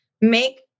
make